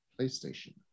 PlayStation